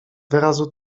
wyrazu